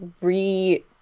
re